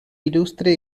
ilustre